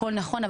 הכול נכון,